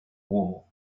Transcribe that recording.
wall